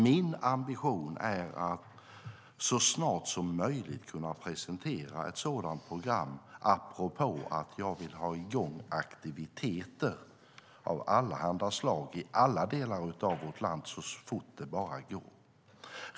Min ambition är att så snart som möjligt kunna presentera ett sådant program, apropå att jag vill ha i gång aktiviteter av allehanda slag i alla delar av vårt land så fort det bara går.